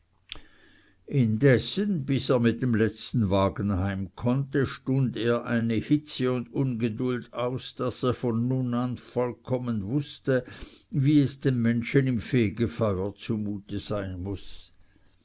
indessen bis er mit dem letzten wagen heim konnte stund er eine hitze und ungeduld aus daß er von nun an vollkommen wußte wie es den menschen im fegfeuer zumute sein muß